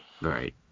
Right